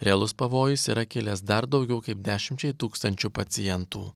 realus pavojus yra kilęs dar daugiau kaip dešimčiai tūkstančių pacientų